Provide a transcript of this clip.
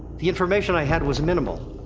the information i had was minimal.